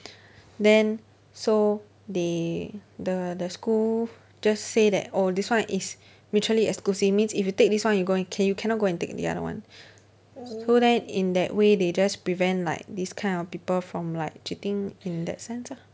then so they the the school just say that oh this one is mutually exclusive means if you take this one you going ca~ you cannot go and take the other one so then in that way they just prevent like this kind of people from like cheating in that sense ah